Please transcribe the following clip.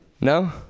No